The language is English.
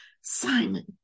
Simon